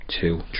two